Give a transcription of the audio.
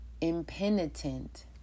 Impenitent